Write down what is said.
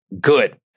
good